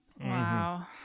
Wow